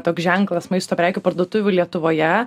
toks ženklas maisto prekių parduotuvių lietuvoje